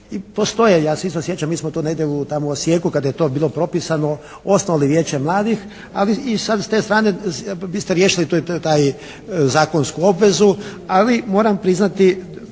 Postoje, i ja se isto sjećam, mi smo to negdje tamo u Osijeku kad je to bilo propisano osnovali Vijeće mladih ali ste strane biste riješili taj zakonsku obvezu ali moram priznati,